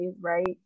right